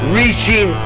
reaching